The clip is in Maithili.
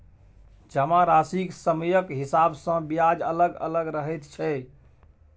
जमाराशिक समयक हिसाब सँ ब्याज अलग अलग रहैत छै